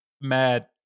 Mad